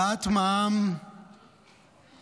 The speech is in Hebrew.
לדעתי, העלאת מע"מ זו